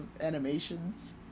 animations